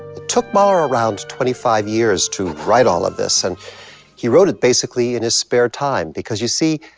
took mahler around twenty five years to write all of this, and he wrote it basically in his spare time, because you see,